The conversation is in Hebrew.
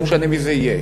לא משנה מי זה יהיה,